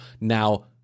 now